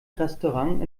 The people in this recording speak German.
restaurant